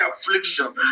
affliction